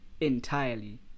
entirely